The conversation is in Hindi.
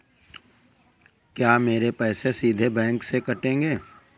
क्या मेरे पैसे सीधे बैंक से कटेंगे?